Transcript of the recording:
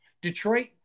Detroit